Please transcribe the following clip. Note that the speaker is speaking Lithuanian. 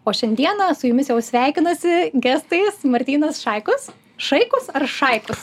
o šiandieną su jumis jau sveikinasi gestais martynas šaikus šaikus ar šaikus